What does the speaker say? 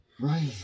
Right